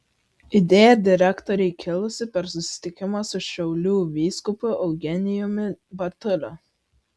idėja direktorei kilusi per susitikimą su šiaulių vyskupu eugenijumi bartuliu